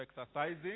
exercising